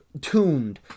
tuned